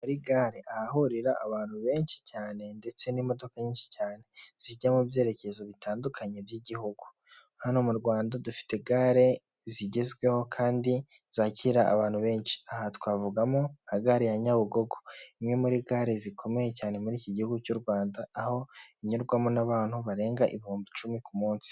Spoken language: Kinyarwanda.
Ni isoko ryiza hasi risashe amakaro hejuru hari parafo, mu rwego rwo kwirinda inyanyagira ry'ibicuruzwa bubatse akayetajeri ko mu biti ku buryo usanga buri gicuruzwa gipanze mu mwanya wacyo.